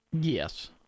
Yes